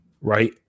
right